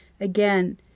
Again